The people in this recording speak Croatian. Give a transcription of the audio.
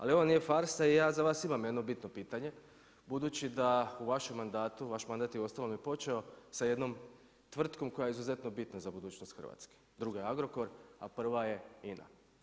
Ali ovo nije farsa i ja za vas imam jedno bitno pitanje, budući da u vašem mandatu, vaš mandat je uostalom i počeo sa jednom tvrtkom koja je izuzetno bitna za budućnost Hrvatske, druga je Agrokor, a prva je INA.